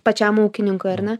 pačiam ūkininkui ar ne